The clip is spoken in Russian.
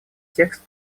текст